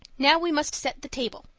now, we must set the table,